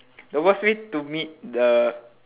the worst way to meet the